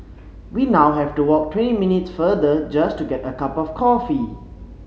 we now have to walk twenty minute further just to get a cup of coffee